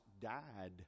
died